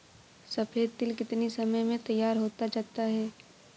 सफेद तिल कितनी समय में तैयार होता जाता है?